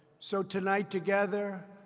so tonight, together,